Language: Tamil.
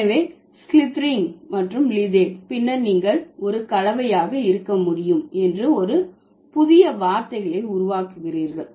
எனவே ஸ்லித்ரிங் மற்றும் லிதே பின்னர் நீங்கள் ஒரு கலவையாக இருக்க முடியும் என்று ஒரு புதிய வார்த்தை உருவாக்குகிறீர்கள்